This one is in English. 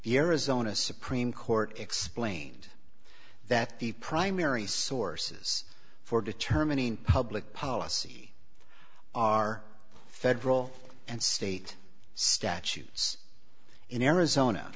arizona supreme court explained that the primary sources for determining public policy are federal and state statutes in arizona